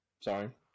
Sorry